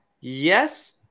yes